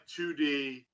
2d